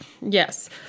Yes